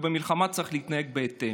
ובמלחמה צריך להתנהג בהתאם.